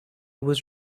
was